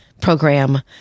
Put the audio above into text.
program